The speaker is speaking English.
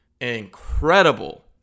incredible